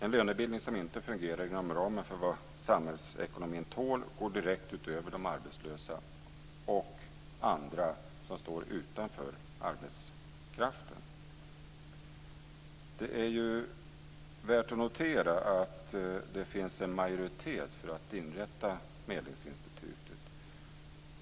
En lönebildning som inte fungerar inom ramen för vad samhällsekonomin tål går direkt ut över de arbetslösa och andra som står utanför arbetskraften. Det är värt att notera att det finns en majoritet för att inrätta Medlingsinstitutet.